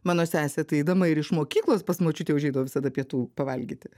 mano sesė tai eidama ir iš mokyklos pas močiutę užeidavo visada pietų pavalgyti